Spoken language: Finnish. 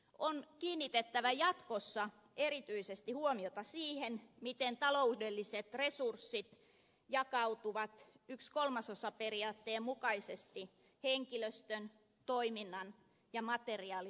on kiinnitettävä jatkossa erityisesti huomiota siihen miten taloudelliset resurssit jakautuvat yksi kolmasosa periaatteen mukaisesti henkilöstön toiminnan ja materiaalin osalle